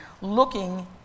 looking